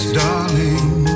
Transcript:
darling